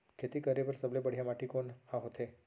खेती करे बर सबले बढ़िया माटी कोन हा होथे?